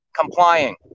complying